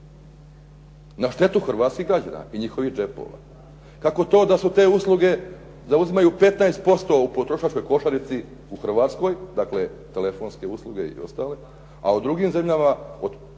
na štetu hrvatskih građana i njihovih džepova? Kako to da su te usluge zauzimaju 15% u potrošačkoj košarici u Hrvatskoj, dakle telefonske usluge i ostale, a u drugim zemljama od Europe,